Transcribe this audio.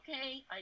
okay